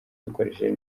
dukoresheje